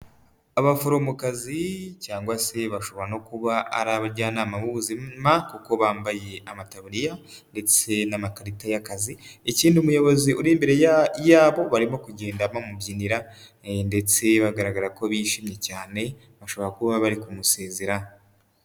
Abaforomokazi cyangwa se bashobora no kuba ari abajyanama b'ubuzima, kuko bambaye amataburiya ndetse n'amakarita y'akazi, ikindi umuyobozi uri imbere yabo barimo kugenda bamubyinira ndetse bagaragara ko bishimye cyane, bashobora kuba bari kumusezera.